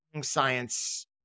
science